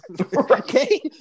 Okay